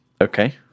Okay